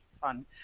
fun